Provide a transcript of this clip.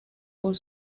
por